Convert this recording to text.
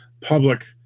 public